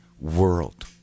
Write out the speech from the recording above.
world